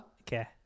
Okay